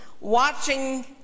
watching